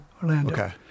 Orlando